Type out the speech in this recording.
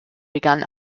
begann